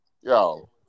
Yo